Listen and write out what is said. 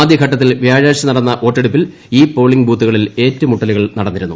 ആദ്യഘട്ടത്തിൽ വ്യാഴാഴ്ച നടന്ന വോട്ടെടുപ്പിൽ ഈ പോളിംഗ് ബൂത്തുകളിൽ ഏറ്റുമുട്ടലുകൾ നടന്നിരുന്നു